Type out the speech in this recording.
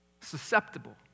susceptible